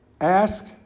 Ask